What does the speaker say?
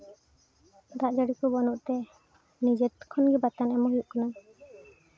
ᱫᱟᱜ ᱡᱟᱹᱲᱤ ᱠᱚ ᱵᱟᱹᱱᱩᱜ ᱛᱮ ᱱᱤᱡᱮ ᱠᱷᱚᱱᱜᱮ ᱵᱟᱛᱟᱱ ᱮᱢᱚᱜ ᱦᱩᱭᱩᱜ ᱠᱟᱱᱟ